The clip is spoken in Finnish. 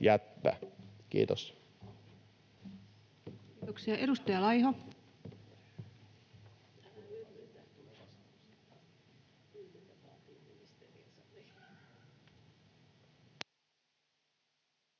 Kiitos. Kiitoksia. — Edustaja Laiho.